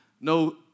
No